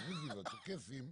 הדרוזים והצ'רקסים,